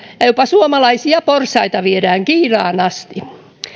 ja jopa suomalaisia porsaita viedään kiinaan asti